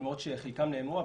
למרות שחלקם נאמרו,